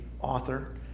author